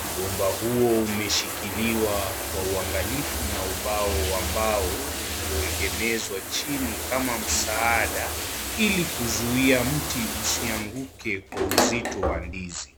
mgomba huo umeshikiliwa kwa uangalifu na ubao ambao ulioegemeshwa chini kama msaada ili kuzuia mti usianguke kwa uzito wa ndizi.